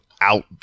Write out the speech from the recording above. out